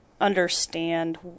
understand